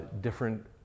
Different